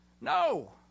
No